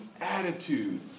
attitude